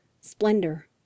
splendor